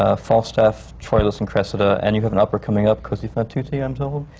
ah falstaff, troilus and cressida. and you have an opera coming up, cosi fan tutte, i'm told?